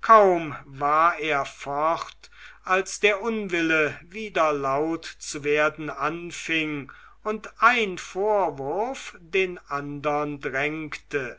kaum war er fort als der unwille wieder laut zu werden anfing und ein vorwurf den andern drängte